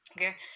okay